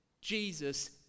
Jesus